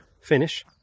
finish